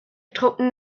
truppen